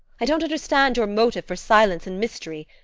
i don't understand your motive for silence and mystery,